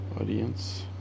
Audience